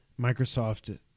microsoft